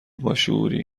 باشعوری